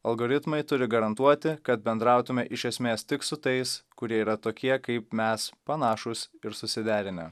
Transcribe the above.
algoritmai turi garantuoti kad bendrautume iš esmės tik su tais kurie yra tokie kaip mes panašūs ir susiderinę